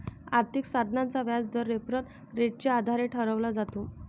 आर्थिक साधनाचा व्याजदर रेफरल रेटच्या आधारे ठरवला जातो